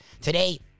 Today